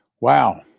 Wow